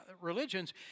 religions